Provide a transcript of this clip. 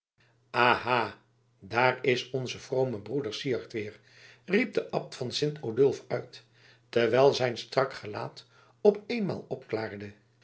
aha daar is onze vrome broeder syard weer riep de abt van sint odulf uit terwijl zijn strak gelaat op eenmaal